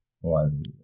one